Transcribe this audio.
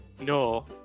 No